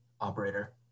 operator